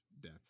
death